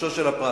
רכושו של הפרט.